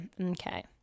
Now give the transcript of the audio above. okay